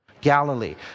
Galilee